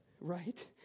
right